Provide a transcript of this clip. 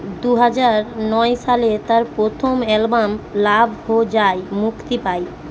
দু হাজার নয় সালে তার প্রথম অ্যালবাম লাভ হো যায় মুক্তি পায়